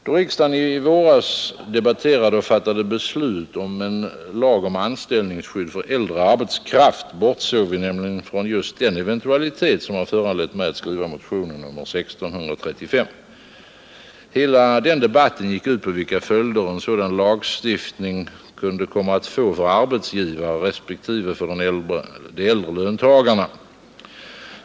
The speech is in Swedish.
Då riksdagen i våras debatterade och fattade beslut om en lag om anställningsskydd för äldre arbetskraft, bortsåg vi nämligen från just den eventualitet som har föranlett mig att skriva motionen nr 1635. Hela debatten gick ut på vilka följder en sådan lagstiftning kunde komma att få för arbetsgivare respektive de äldre löntagarna.